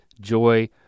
joy